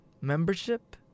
membership